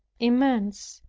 immense,